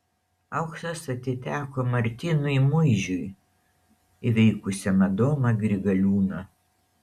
auksas atiteko martynui muižiui įveikusiam adomą grigaliūną